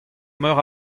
meur